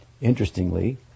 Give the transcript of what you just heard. interestingly